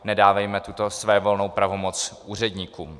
Nedávejme tuto svévolnou pravomoc úředníkům.